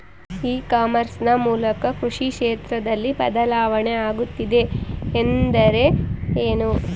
E commerce ನ ಮೂಲಕ ಕೃಷಿ ಕ್ಷೇತ್ರದಲ್ಲಿ ಬದಲಾವಣೆ ಆಗುತ್ತಿದೆ ಎಂದರೆ ಏನು?